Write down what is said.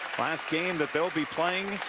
last game that they'll be playing.